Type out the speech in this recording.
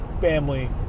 family